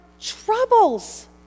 troubles